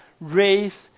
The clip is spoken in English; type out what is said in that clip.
raise